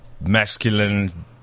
masculine